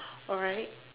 alright